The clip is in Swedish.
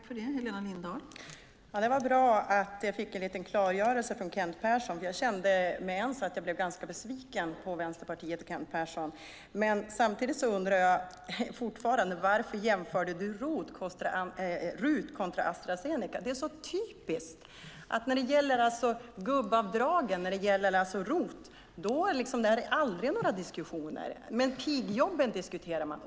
Fru talman! Det var bra att jag fick ett litet klargörande från Kent Persson, för jag kände med ens att jag blev ganska besviken på Vänsterpartiet och Kent Persson. Samtidigt undrar jag fortfarande varför du jämförde RUT med Astra Zeneca. Det är så typiskt: Det är aldrig några diskussioner när det gäller gubbavdragen och ROT, men pigjobben diskuterar man.